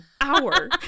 hour